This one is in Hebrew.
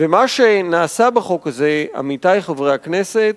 ומה שנעשה בחוק הזה, עמיתי חברי הכנסת,